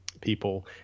people